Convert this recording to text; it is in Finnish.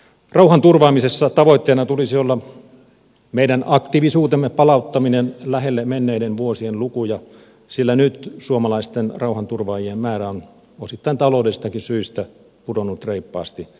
rauhanturvaamisessa tavoitteena tulisi olla meidän aktiivisuutemme palauttaminen lähelle menneiden vuosien lukuja sillä nyt suomalaisten rauhanturvaajien määrä on osittain taloudellisistakin syistä pudonnut reippaasti